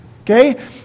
Okay